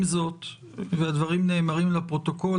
עם זאת והדברים נאמרים לפרוטוקול,